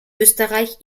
österreich